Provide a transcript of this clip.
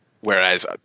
Whereas